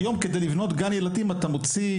היום כדי לבנות גן ילדים אתה מוציא,